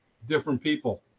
different people,